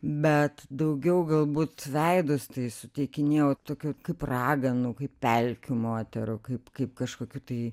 bet daugiau galbūt veidus tai suteikinėjau tokių kaip raganų kaip pelkių moterų kaip kaip kažkokių tai